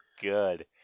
good